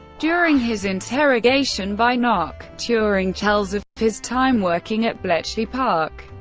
during his interrogation by nock, turing tells of his time working at bletchley park.